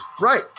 Right